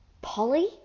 Polly